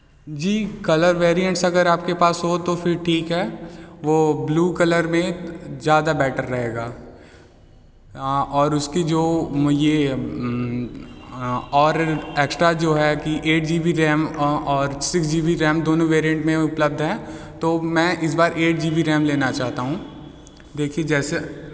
जी colour variants अगर आपके पास हो तो फिर ठीक है वो ब्लू कलर में ज़्यादा बैटर रहेगा और उसकी जो यह और एक्स्ट्रा जो है कि ऐट जी बी रैम और सिक्स जी बी रैम दोनों वेरिएंट में उपलब्ध है तो मैं इस बार ऐट जी बी रैम लेना चाहता हूँ देखिए जैसे